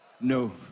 No